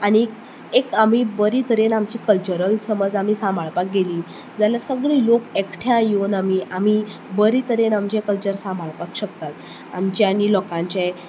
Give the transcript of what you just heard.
आनी एक आमी बरें तरेन आमची कल्चरल समज आमी सांबाळपाक गेलीं जाल्यार सगळीं लोक एकठांय येवन आमी आमी बरी तरेन आमचें कल्चर सांबाळपाक शकतात आमचें आनी लोकांचें